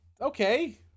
okay